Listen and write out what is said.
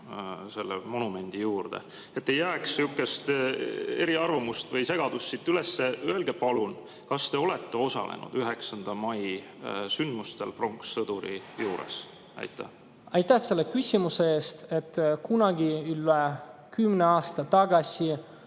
selle monumendi juurde. Et ei jääks sihukest eriarvamust või segadust siit ülesse, öelge palun, kas te olete osalenud 9. mai sündmustel pronkssõduri juures. Aitäh selle küsimuse eest! Kunagi, üle kümne aasta tagasi